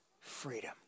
freedom